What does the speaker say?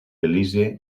belize